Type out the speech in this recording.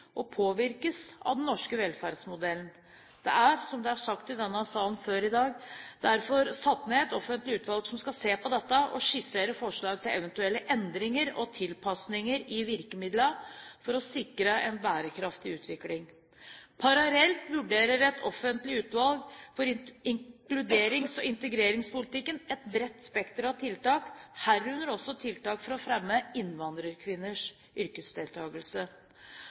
og påvirkes av den norske velferdsmodellen. Det er, som det er sagt i denne salen før i dag, derfor satt ned et offentlig utvalg som skal se på dette og skissere forslag til eventuelle endringer og tilpasninger i virkemidlene for å sikre en bærekraftig utvikling. Parallelt vurderer et offentlig utvalg for inkluderings- og integreringspolitikk et bredt spekter av tiltak, herunder også tiltak for å fremme innvandrerkvinners yrkesdeltakelse.